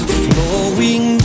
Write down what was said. flowing